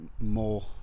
more